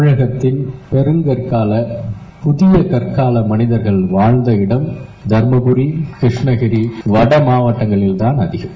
தமிழகத்தில் பழம்கற்கால புதிய கற்கால மனிதர்கள் வாழ்ந்த இடம் தருமபுரி கிருஷ்ணகிரி வடமாவட்டங்களில்தான் அதிகம்